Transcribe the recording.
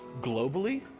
globally